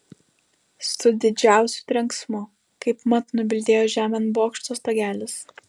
su didžiausiu trenksmu kaip mat nubildėjo žemėn bokšto stogelis